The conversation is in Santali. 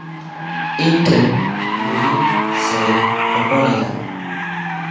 ᱤᱧ ᱨᱮᱱ ᱵᱩᱦᱤᱱ ᱥᱮ ᱦᱚᱯᱚᱱ ᱮᱨᱟ